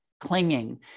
Clinging